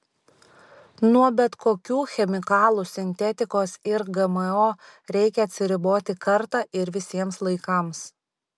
nuo bet kokių chemikalų sintetikos ir gmo reikia atsiriboti kartą ir visiems laikams